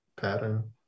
pattern